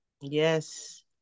Yes